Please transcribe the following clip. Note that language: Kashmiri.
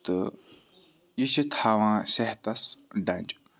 تہٕ یہِ چھےٚ تھاوان صحتَس ڈَنجہِ